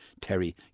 Terry